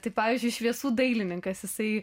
tai pavyzdžiui šviesų dailininkas jisai